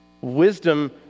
Wisdom